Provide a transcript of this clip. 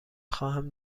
خواهم